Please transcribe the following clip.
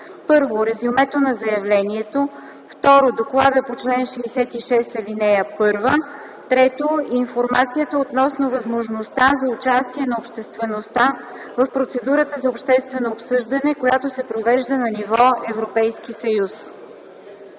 2: 1. резюмето на заявлението; 2. доклада по чл. 66, ал. 1; 3. информацията относно възможността за участие на обществеността в процедурата за обществено обсъждане, която се провежда на ниво Европейски съюз.”